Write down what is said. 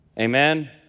Amen